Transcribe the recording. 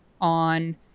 on